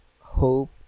hope